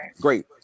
great